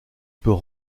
peut